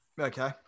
Okay